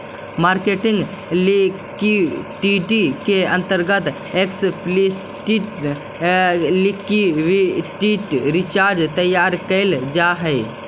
marketing liquidity के अंतर्गत explicit liquidity reserve तैयार कैल जा हई